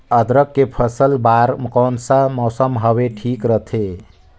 अदरक के फसल बार कोन सा मौसम हवे ठीक रथे?